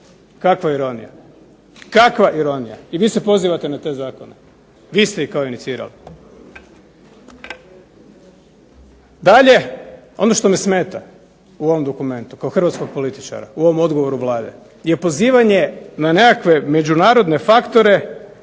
kakva ironija. Kakva ironija. I vi se pozivate na te zakone. Vi ste ih kao inicirali. Dalje, ono što me smeta u ovom dokumentu, kao hrvatskog političara, u ovom odgovoru Vlade, je pozivanje na nekakve međunarodne faktore